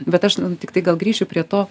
bet aš n tiktai gal grįšiu prie to